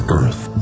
earth